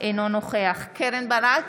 אינו נוכח קרן ברק,